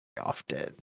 often